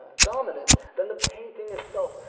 dominant than the painting itself,